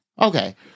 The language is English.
Okay